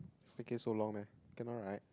staircase so long leh cannot right